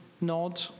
nod